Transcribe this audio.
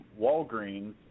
Walgreens